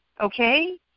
Okay